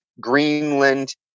Greenland